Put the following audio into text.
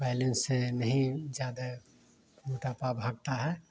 balance नहीं ज़्यादा मोटापा भागता है